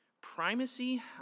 primacy